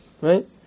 right